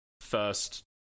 first